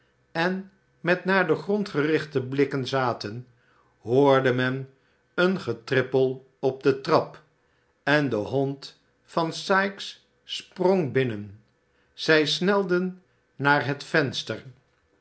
en met naar den grond gerichte blikken zaten hoorde men een getrippel op de trap en de hond van sikes sprong binnen zij snelden naar het venster